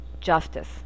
justice